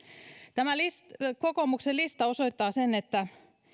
tämä kokoomuksen lista osoittaa sen että